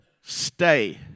Stay